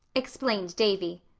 explained davy.